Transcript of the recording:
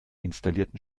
installierten